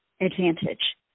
advantage